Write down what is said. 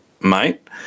mate